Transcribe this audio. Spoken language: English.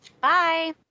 bye